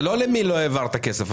זה לא למי לא העברת כסף.